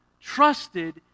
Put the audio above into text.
trusted